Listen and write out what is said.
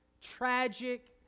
tragic